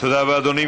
תודה רבה, אדוני.